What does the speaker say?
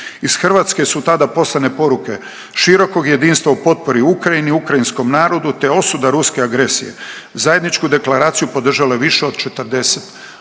Iz Hrvatske su tada poslane poruke širokog jedinstva u potpori Ukrajini, ukrajinskom narodu te osuda ruske agresije. Zajedničku deklaraciju podržalo je više od 40